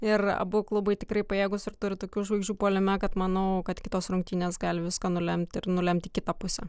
ir abu klubai tikrai pajėgūs ir turi tokių žvaigždžių puolime kad manau kad kitos rungtynės gali viską nulemti ir nulemti į kitą pusę